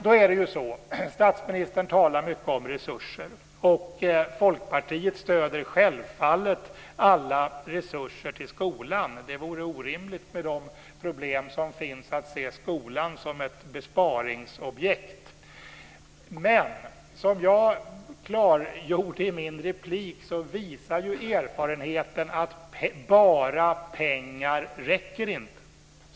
Då är det ju så: Statsministern talar mycket om resurser, och Folkpartiet stöder självfallet alla resurser till skolan. Det vore orimligt, med de problem som finns, att se skolan som ett besparingsobjekt. Men som jag klargjorde i min replik visar erfarenheten att bara pengar inte räcker.